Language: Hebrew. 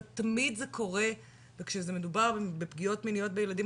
תמיד זה קורה וכשמדובר בפגיעות מיניות בילדים